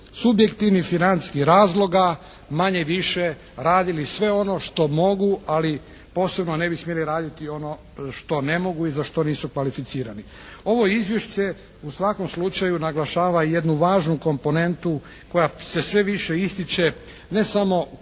subjektivnih, financijskih razloga manje-više radili sve ono što mogu ali posebno ne bi smjeli raditi ono što ne mogu i za što nisu kvalificirani. Ovo izvješće u svakom slučaju naglašava jednu važnu komponentu koja se sve više ističe ne samo kao